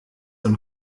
und